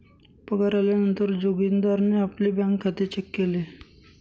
पगार आल्या नंतर जोगीन्दारणे आपले बँक खाते चेक केले